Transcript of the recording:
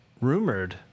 rumored